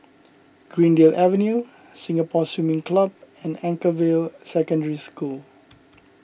Greendale Avenue Singapore Swimming Club and Anchorvale Secondary School